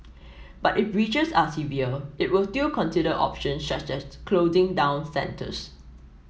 but if breaches are severe it will still consider options such as closing down centres